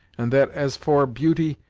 and that, as for beauty,